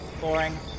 Boring